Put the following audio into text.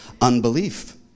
Unbelief